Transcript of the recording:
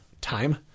time